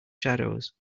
shadows